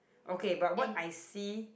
okay but what I see